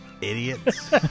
idiots